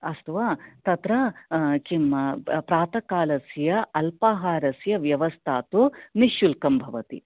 अस्तु वा तत्र किं प्रात कालस्य अल्पहारस्य व्यवस्था तु निश्शुल्कं भवति